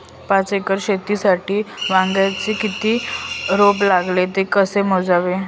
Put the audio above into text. पाच एकर शेतीसाठी वांग्याचे किती रोप लागेल? ते कसे मोजावे?